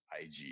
IG